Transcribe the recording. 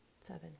Seven